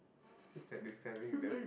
seems like describing this